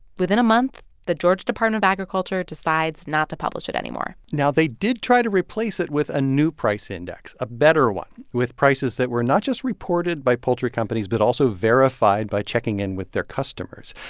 within a month, the georgia department of agriculture decides not to publish it anymore now, they did try to replace it with a new price index a better one with prices that were not just reported by poultry companies but also verified by checking in with their customers.